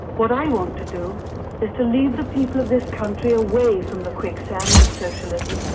what i want to do is to lead the people of this country away from the quicksands of socialism.